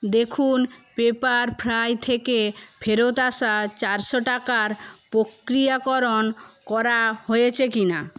দেখুন পেপার ফ্রাই থেকে ফেরত আসা চারশো টাকার পক্রিয়াকরণ করা হয়েছে কি না